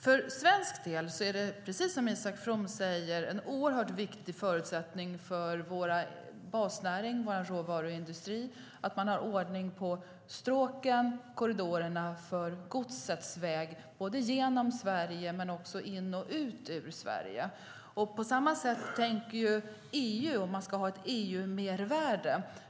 För svensk del är det, som Isak From säger, en oerhört viktig förutsättning för vår basnäring, vår råvaruindustri, att man har ordning på stråken och korridorerna för godsets väg genom Sverige men också in och ut ur Sverige. På samma sätt tänker man inom EU när det gäller om man ska ha ett EU-mervärde.